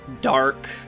dark